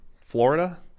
florida